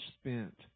spent